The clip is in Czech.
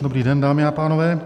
Dobrý den, dámy a pánové.